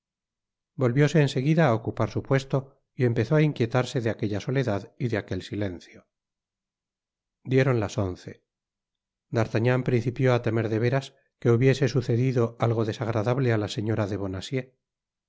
volvióse en seguida á ocupar su puesto y empezó á inquietarse de aquella soledad y de aquel silencio dieron las once d'artagnan principió á temer de veras que hubiese sucedido algo desagradable á la señora de